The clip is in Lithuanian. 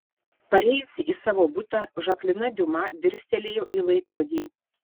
parėjusi į savo butą žaklina diuma dirstelėjo į laikrodį